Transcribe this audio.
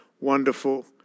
wonderful